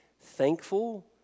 thankful